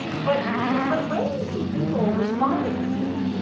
but when when you see people responding this way,